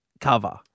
cover